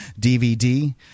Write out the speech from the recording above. DVD